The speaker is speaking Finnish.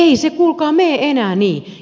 ei se kuulkaa mene enää niin